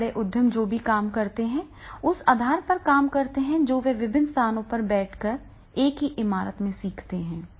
ये बड़े उद्यम जो भी काम करते हैं उसके आधार पर काम करते हैं जो वे विभिन्न स्थानों पर बैठकर एक ही इमारत में सीखते हैं